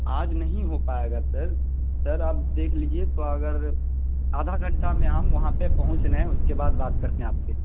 آج نہیں ہو پائے گا سر سر آپ دیکھ لیجیے تو اگر آدھا گھنٹہ میں ہم یہاں پہ پہنچ رہے ہیں اس کے بعد بات کرتے ہیں آپ سے